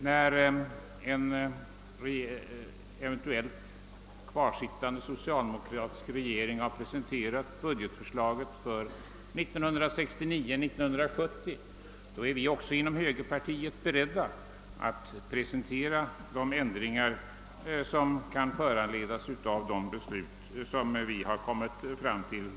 När en eventuellt kvarsittande socialdemokratisk regering har presenterat budgetförslaget för budgetåret 1969/70 är också vi inom högerpartiet beredda att presentera de ändringsförslag som kan föranledas av de beslut som vi kommit fram till.